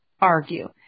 argue